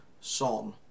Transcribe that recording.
Son